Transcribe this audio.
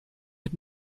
mit